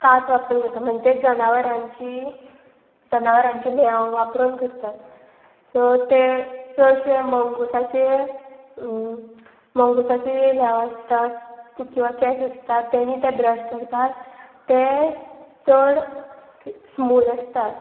कात वापरून करता म्हणजे जनावरांची जनावरांचे ल्हेंव वापरून करतात सो ते चडशे मंगुसाचे मंगुसाचे लेव आसतात किंवां केस आसता तेणी ते ब्रश करतात ते चड स्मूद आसतात